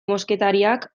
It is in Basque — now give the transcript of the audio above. mosketariak